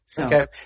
Okay